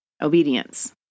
Obedience